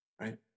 Right